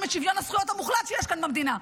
את שוויון הזכויות המוחלט שיש כאן במדינה,